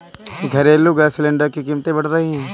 घरेलू gas cylinder की कीमतें बढ़ रही है